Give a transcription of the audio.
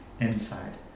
inside